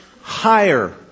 higher